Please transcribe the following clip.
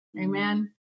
Amen